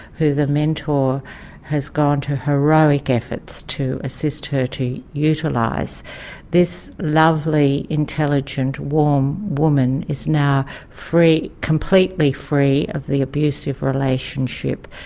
who the mentor has gone to heroic efforts to assist her to utilise, this lovely, intelligent, warm woman is now free, completely free of the abusive relationship,